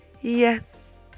yes